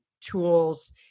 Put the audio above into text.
tools